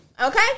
Okay